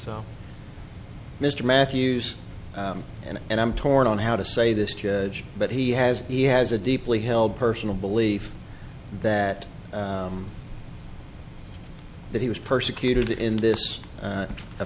so mr matthews and and i'm torn on how to say this judge but he has e u has a deeply held personal belief that that he was persecuted in this